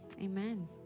amen